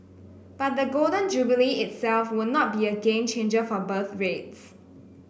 but the Golden Jubilee itself would not be a game changer for birth rates